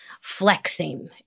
flexing